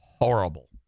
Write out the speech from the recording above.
Horrible